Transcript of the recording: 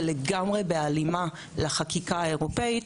זה לגמרי בהלימה לחקיקה האירופית,